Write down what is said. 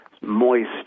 moist